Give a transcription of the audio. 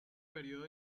período